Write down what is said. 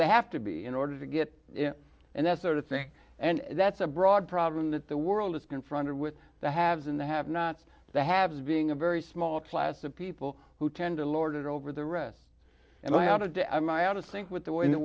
they have to be in order to get in and that sort of thing and that's a broad problem that the world is confronted with the haves and the have nots the haves being a very small class of people who tend to lord it over the rest and i added i my out of sync with the way in the